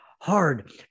hard